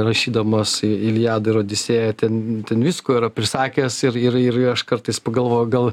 rašydamas iliadą ir odisėją ten ten visko yra prisakęs ir ir ir aš kartais pagalvoju gal